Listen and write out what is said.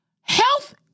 Health